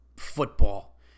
football